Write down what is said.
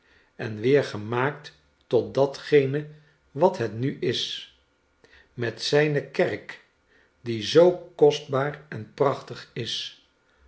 en weer gemaakt tot datgene wat het nu is met zijne kerk die zoo kostbaar en prachtig is